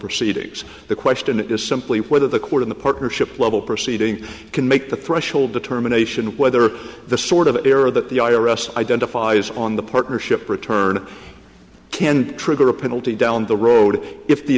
proceedings the question is simply whether the court in the partnership level proceeding can make the threshold determination whether the sort of error that the i r s identifies on the partnership return can trigger a penalty down the road if the